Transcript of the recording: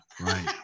right